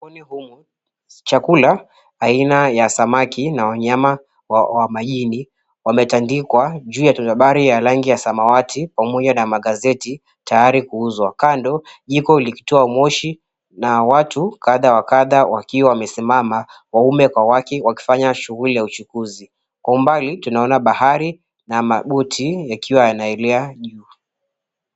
Ufuoni humu, chakula aina ya samaki na wanyama wa majini wametandikwa juu ya tarubali la rangi ya samawati pamoja na magazeti tayari kuuzwa. Kando likitoa moshi na watu kadha wa kadha wakiwa wamesimama, waume kwa wake wakifanya shughuli ya uchukuzi. Kwa umbali tunaona bahari na maboti yakiwa yanaelea juu.